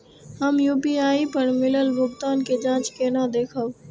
हम यू.पी.आई पर मिलल भुगतान के जाँच केना देखब?